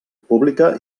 pública